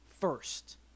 first